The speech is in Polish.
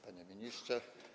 Panie Ministrze!